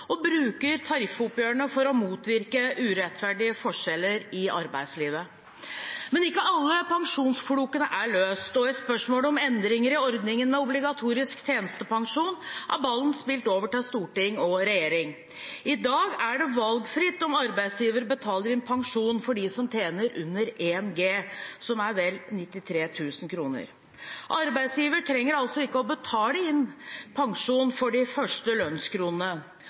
og bruker tariffoppgjørene for å motvirke urettferdige forskjeller i arbeidslivet. Men ikke alle pensjonsflokene er løst. I spørsmålet om endringer i ordningen med obligatorisk tjenestepensjonen er ballen spilt over til storting og regjering. I dag er det valgfritt om arbeidsgiver betaler inn pensjon for dem som tjener under 1G, som er vel 93 000 kr. Arbeidsgiver trenger altså ikke å betale inn pensjon for de første lønnskronene.